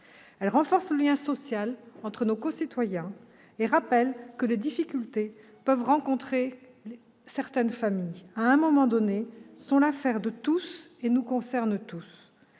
Elle renforce le lien social entre nos concitoyens et rappelle que les difficultés que peuvent rencontrer certaines familles à un moment donné sont l'affaire de tous et nous concernent tous,